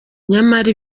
nyamara